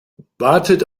wartet